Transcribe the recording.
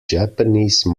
japanese